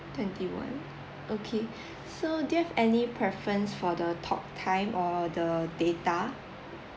twenty-one okay so do you have any preference for the talk time or the data